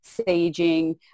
staging